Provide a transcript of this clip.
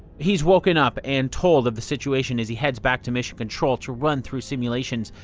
he's woken up and told of the situation as he heads back to mission control to run through simulations.